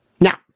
Now